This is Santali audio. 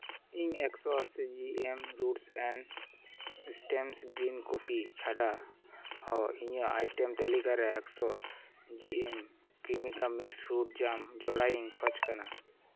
ᱤᱧ ᱮᱠᱥᱳ ᱟᱹᱥᱤ ᱡᱤ ᱮᱢ ᱨᱳᱰᱥ ᱮᱱ ᱮᱥᱴᱮᱱᱥ ᱜᱨᱤᱱ ᱠᱚᱯᱷᱤ ᱪᱷᱟᱰᱟ ᱦᱚᱸ ᱤᱧᱟᱹᱜ ᱟᱭᱴᱮᱢ ᱛᱟᱹᱞᱤᱠᱟ ᱨᱮ ᱮᱠᱥᱚ ᱡᱤ ᱮᱢ ᱠᱮᱢᱤᱠᱟ ᱢᱤᱠᱥ ᱯᱷᱨᱩᱴᱡᱟᱡ ᱡᱚᱲᱟᱤᱧ ᱠᱷᱚᱡᱽ ᱠᱟᱱᱟ